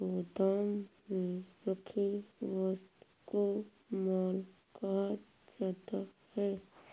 गोदाम में रखी वस्तु को माल कहा जाता है